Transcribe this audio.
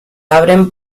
abren